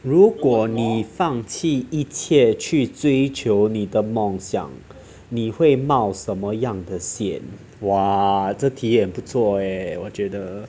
如果你放弃一切去追求你的梦想你会冒什么样的险 !wah! 这题很不错诶我觉得